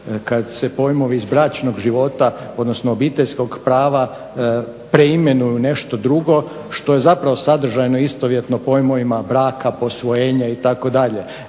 kad se pojmovi iz bračnog života, odnosno obiteljskog prava preimenuju u nešto drugo što je zapravo sadržajno i istovjetno pojmovima braka, posvojenja itd.